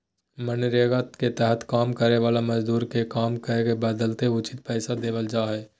मनरेगा के तहत काम करे वाला मजदूर के काम के बदले उचित पैसा देवल जा हय